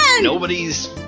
Nobody's